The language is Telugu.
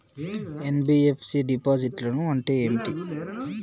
ఎన్.బి.ఎఫ్.సి డిపాజిట్లను అంటే ఏంటి?